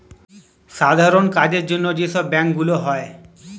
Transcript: সাধারণ কাজের জন্য যে সব ব্যাংক গুলো হয়